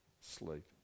sleep